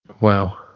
wow